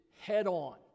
head-on